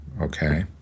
okay